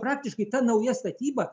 praktiškai ta nauja statyba